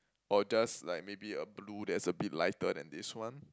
or just like maybe a blue that's a bit lighter than this one